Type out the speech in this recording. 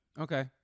Okay